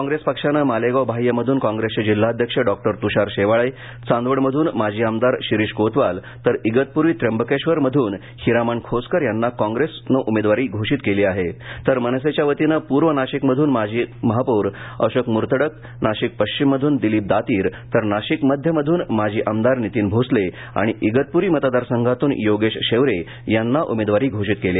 काँग्रेस पक्षाने मालेगाव बाह्यमधून काँग्रेसचे जिल्हाध्यक्ष डॉ तुषार शेवाळे चांदवड मधून माजी आमदार शिरीष कोतवाल तर इगतपूरी त्र्यंबकेश्वर मधून हिरामण खोसकर यांना उमेदवारी घोषित केली तर मनसेच्या वतीने पूर्व नाशिक मधून माजी महापोर अशोक मुर्तडक नाशिक पश्चिम मधून दिलीप दातीर तर नाशिक मध्य मधून माजी आमदार नितीन भोसले आणि इगतपुरी मतदार संघातून योगेश शेवरे यांना उमेदवारी घोषित केली